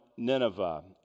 Nineveh